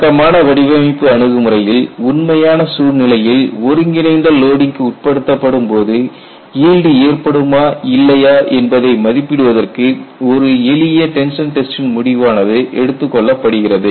வழக்கமான வடிவமைப்பு அணுகுமுறையில் உண்மையான சூழ்நிலையில் ஒருங்கிணைந்த லோடிங்க்கு உட்படுத்தப்படும்போது ஈல்டு ஏற்படுமா இல்லையா என்பதை மதிப்பிடுவதற்கு ஒரு எளிய டென்ஷன் டெஸ்ட்டின் முடிவானது எடுத்துக்கொள்ளப்படுகிறது